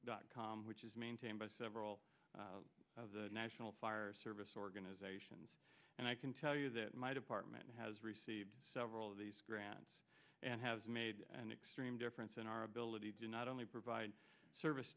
dot com which is maintained by several of the national fire service organizations and i can tell you that my department has received several of these grants and has made an extreme difference in our ability to not only provide service